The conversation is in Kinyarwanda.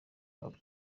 hop